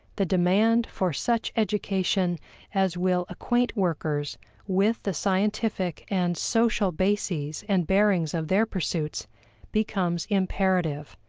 the demand for such education as will acquaint workers with the scientific and social bases and bearings of their pursuits becomes imperative,